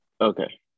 Okay